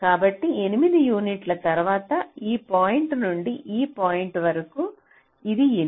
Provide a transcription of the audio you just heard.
కాబట్టి 8 యూనిట్ల తరువాత ఈ పాయింట్ నుండి ఈ పాయింట్ వరకు ఇది 8